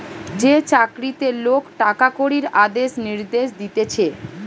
যে চাকরিতে লোক টাকা কড়ির আদেশ নির্দেশ দিতেছে